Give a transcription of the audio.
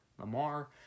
Lamar